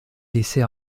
laissée